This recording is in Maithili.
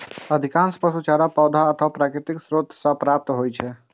अधिकांश पशु चारा पौधा अथवा प्राकृतिक स्रोत सं प्राप्त होइ छै